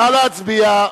נא להצביע.